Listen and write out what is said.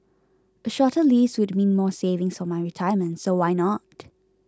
a shorter lease would mean more savings for my retirement so why not